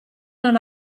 non